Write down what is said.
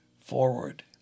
forward